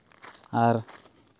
ᱟᱨ